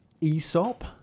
Aesop